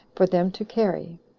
for them to carry,